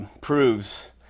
proves